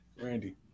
Randy